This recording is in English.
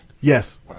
Yes